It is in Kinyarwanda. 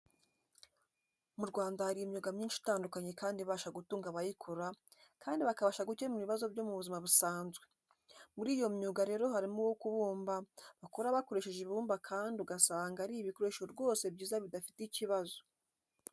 Mu Rwanda hari imyuga myinshi itandukanye kandi ibasha gutunga abayikora kandi bakabasha gukemura ibibazo byo mu buzima busanzwe. Muri iyo myuga rero harimo uwo kubumba bakora bakoresheje ibumba kandi ugasanga ari ibikoresho rwose byiza bidafite ikibazo.